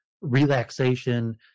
relaxation